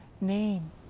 name